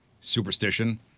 Superstition